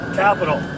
capital